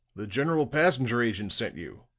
the general passenger agent sent you?